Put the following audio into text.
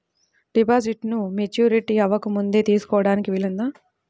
డిపాజిట్ను మెచ్యూరిటీ అవ్వకముందే తీసుకోటానికి వీలుందా?